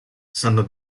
sanno